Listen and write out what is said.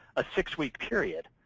a six-week period,